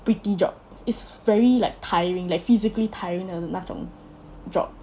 pretty job is very like tiring like physically tiring 的那种 job